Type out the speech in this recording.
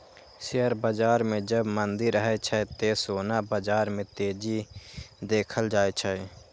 share बाजार मे जब मंदी रहै छै, ते सोना बाजार मे तेजी देखल जाए छै